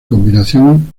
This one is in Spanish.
combinación